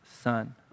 Son